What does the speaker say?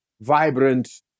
vibrant